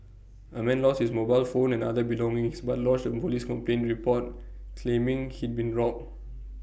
A man lost his mobile phone and other belongings but lodged A Police complain report claiming he'd been robbed